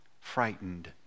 frightened